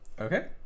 Okay